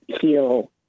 heal